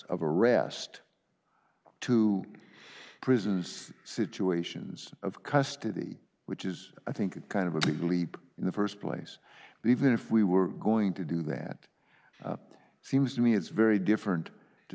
of arrest two prisons situations of custody which is i think a kind of a big leap in the st place but even if we were going to do that seems to me it's very different to